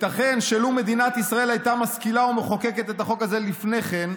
ייתכן שלו מדינת ישראל הייתה משכילה ומחוקקת את החוק הזה לפני כן,